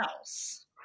else